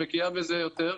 היא בקיאה בזה יותר.